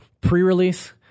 pre-release